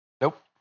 Nope